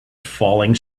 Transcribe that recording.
falling